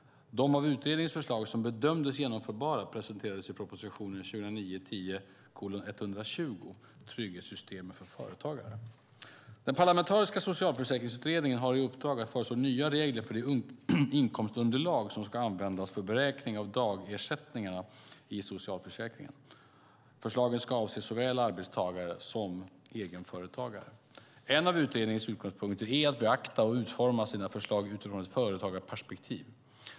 De av utredningens förslag som bedömdes genomförbara presenterades i proposition 2009/10:120 Trygghetssystemen för företagare . Den parlamentariska socialförsäkringsutredningen har i uppdrag att föreslå nya regler för det inkomstunderlag som ska användas för beräkning av dagersättningar i socialförsäkringen. Förslagen ska avse såväl arbetstagare som egenföretagare. En av utredningens utgångspunkter är att beakta och utforma sina förslag utifrån ett företagarperspektiv.